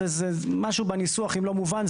אם יש משהו בניסוח שהוא לא מובן,